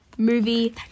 Movie